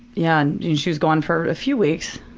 yeah. and she was gone for a few weeks,